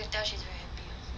could tell she's very grateful